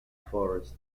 forest